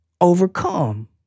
overcome